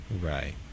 Right